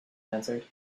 answered